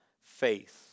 faith